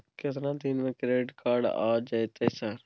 केतना दिन में क्रेडिट कार्ड आ जेतै सर?